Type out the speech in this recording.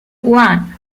one